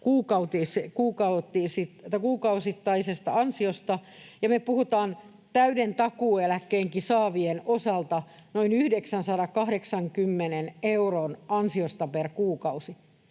kuukausittaisesta ansiosta, ja me puhutaan täyden takuueläkkeenkin saavien osalta noin 980 euron ansiosta per kuukausi